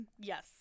Yes